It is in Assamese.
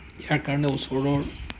ইয়াৰ কাৰণে ওচৰৰ